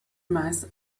mass